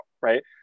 right